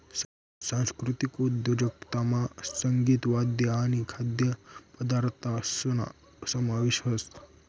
सांस्कृतिक उद्योजकतामा संगीत, वाद्य आणि खाद्यपदार्थसना समावेश व्हस